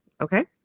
Okay